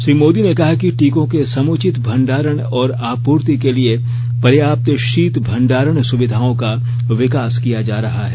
श्री मोदी ने कहा कि टीकों के समुचित भंडारण और आपूर्ति के लिए पर्याप्त शीत भंडारण सुविधाओं का विकास किया जा रहा है